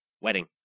Wedding